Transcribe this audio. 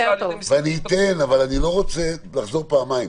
אתן אבל אני לא רוצה לחזור פעמיים.